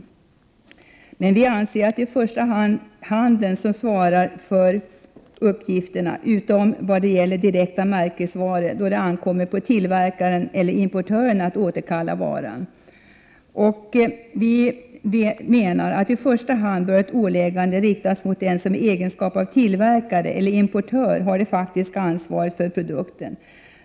Vi anser att det i första hand är handeln som skall svara för uppgifterna, utom i fråga om direkta märkesvaror, då det ankommer på tillverkaren eller importören att återkalla varan. Ett åläggande bör i första hand riktas mot den som i egenskap av tillverkare eller importör har det faktiska ansvaret för produkten.